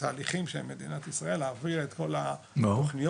תהליכים של מדינת ישראל להעביר את כל התוכניות,